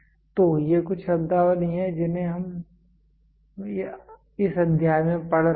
तो ये कुछ शब्दावली हैं जिन्हें हम इस अध्याय में पढ़ रहे हैं